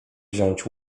wziąć